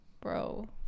bro